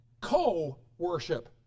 co-worship